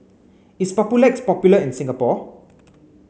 is Papulex popular in Singapore